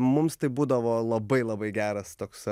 mums tai būdavo labai labai geras toks